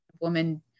woman